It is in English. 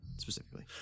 specifically